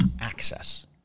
access